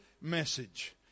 message